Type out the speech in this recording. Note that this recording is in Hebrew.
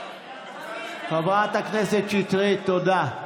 חברת הכנסת שטרית, תודה.